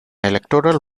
electoral